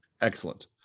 Excellent